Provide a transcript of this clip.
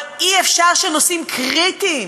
אבל אי-אפשר שנושאים קריטיים